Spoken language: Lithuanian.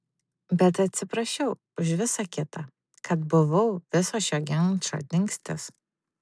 bet atsiprašiau už visa kita kad buvau viso šio ginčo dingstis